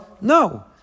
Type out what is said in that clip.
no